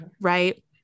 right